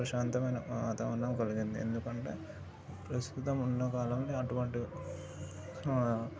ప్రశాంతమైన వాతావరణం కలిగింది ఎందుకంటే ప్రస్తుతం ఉన్న వాళ్ళం అటువంటి